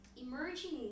emerging